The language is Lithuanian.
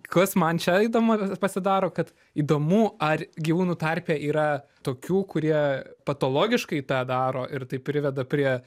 kas man čia įdomu pasidaro kad įdomu ar gyvūnų tarpe yra tokių kurie patologiškai tą daro ir tai priveda prie